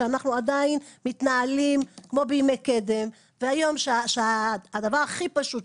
שאנחנו עדיין מתנהלים כמו בימי קדם והיום שהדבר הכי פשוט,